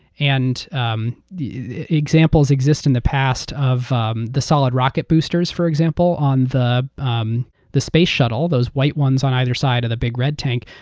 and um examples exist in the past of um the solid rocket boosters for example on the um the space shuttle, those white ones on either side of the big red tank.